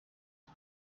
ngo